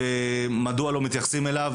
ומדוע לא מתייחסים אליו,